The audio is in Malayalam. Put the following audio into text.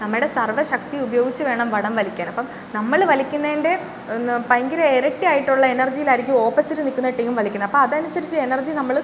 നമ്മുടെ സർവ്വ ശക്തിയും ഉപയോഗിച്ച് വേണം വടം വലിക്കാൻ അപ്പം നമ്മൾ വലിക്കുന്നതിൻ്റെ തന്നെ ഭയങ്കര എരട്ടിയായിട്ടുള്ള എനർജിയിലായിരിക്കും ഓപ്പോസിറ്റ് നിൽക്കുന്ന ടീം വലിക്കുന്നത് അപ്പം അതനുസരിച്ച് എനർജി നമ്മൾ